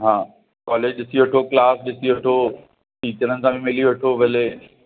हा कॉलेज ॾिसी वठो क्लास ॾिसी वठो टीचरनि सां बि मिली वठो पहिरीं